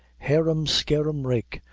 heerum-skeerum rake,